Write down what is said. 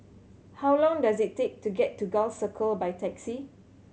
how long does it take to get to Gul Circle by taxi